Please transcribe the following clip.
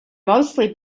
mostly